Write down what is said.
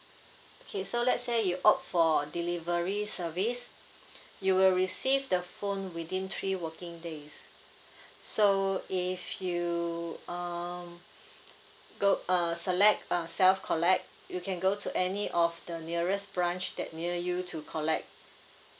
okay so let's say you opt for delivery service you will receive the phone within three working days so if you um go uh select uh self collect you can go to any of the nearest branch that near you to collect